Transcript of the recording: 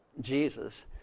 Jesus